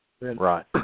right